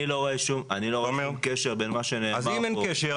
אני לא רואה שום קשר בין מה שנאמר פה --- אז אם אין קשר,